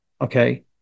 Okay